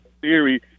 Theory